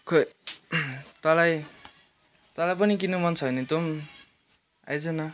खोइ तँलाई तँलाई पनि किन्नु मन छ भने तोम आइज न